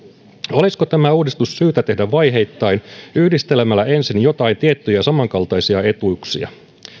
olisiko tämä uudistus syytä tehdä vaiheittain yhdistelemällä ensin joitain tiettyjä samankaltaisia etuuksia